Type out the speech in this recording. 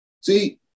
See